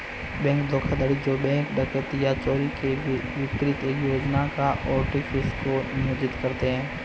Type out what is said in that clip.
bank धोखाधड़ी जो bank डकैती या चोरी के विपरीत एक योजना या आर्टिफिस को नियोजित करते हैं